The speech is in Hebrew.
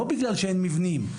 לא בגלל שאין מבנים,